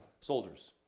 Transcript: soldiers